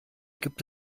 gibt